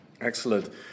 Excellent